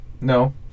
No